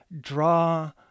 draw